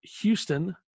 Houston